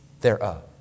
thereof